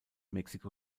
mexiko